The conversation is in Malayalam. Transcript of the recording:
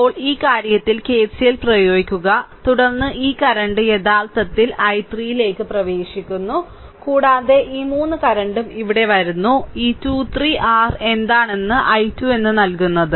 ഇപ്പോൾ ഈ കാര്യത്തിൽ കെസിഎൽ പ്രയോഗിക്കുക തുടർന്ന് ഈ കറൻറ് യഥാർത്ഥത്തിൽ ഈ I3 ലേക്ക് പ്രവേശിക്കുന്നു കൂടാതെ ഈ 3 കറന്റും ഇവിടെ വരുന്നു ഈ 2 3 r എന്താണ് I2 എന്ന് നൽകുന്നത്